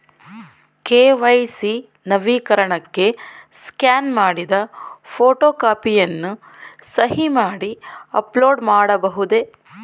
KYC ನವೀಕರಣಕ್ಕೆ scan ಮಾಡಿದ photo ಕಾಪಿಯನ್ನು ಸಹಿ ಮಾಡಿ ಅಪ್ಲೋಡ್ ಮಾಡಬಹುದೇ?